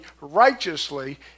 righteously